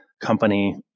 company